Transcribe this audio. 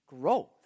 growth